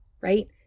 right